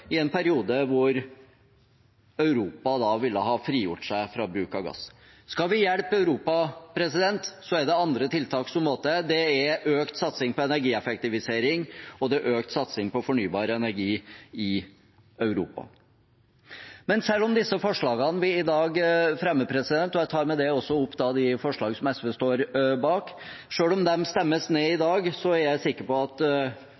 i en periode da Europa vil ha frigjort seg fra bruk av gass. Skal vi hjelpe Europa, er det andre tiltak som må til. Det er økt satsing på energieffektivisering, og det er økt satsing på fornybar energi i Europa. Men selv om disse forslagene vi fremmer – og jeg tar opp de forslagene som SV står bak – stemmes ned i dag, er jeg sikker på at